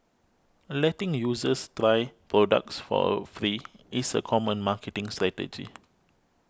letting users try products for free is a common marketing strategy